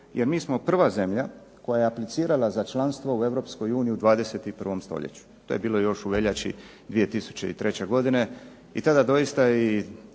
jer mi smo prva zemlja koja je aplicirala za članstvo u EU u 21. stoljeću, to je bilo još u veljači 2003. godine i tada doista i